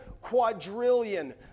quadrillion